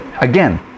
again